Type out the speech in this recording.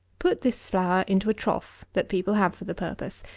put this flour into a trough that people have for the purpose,